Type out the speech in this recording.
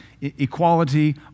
equality